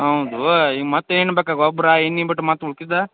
ಹೌದು ಮತ್ತು ಏನು ಬೇಕ ಗೊಬ್ಬರ ಮತ್ತು ಮಿಕ್ಕಿದ್ದು